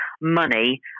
money